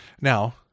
Now